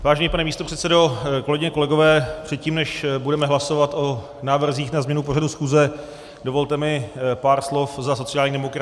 Vážený pane místopředsedo, kolegyně, kolegové, předtím, než budeme hlasovat o návrzích na změnu pořadu schůze, dovolte mi pár slov za sociální demokracii.